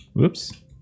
Oops